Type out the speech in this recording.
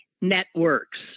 networks